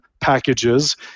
packages